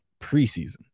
preseason